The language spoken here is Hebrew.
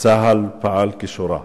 הן שצה"ל פעל כשורה.